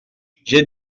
j’ai